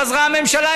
חזרה הממשלה,